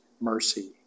mercy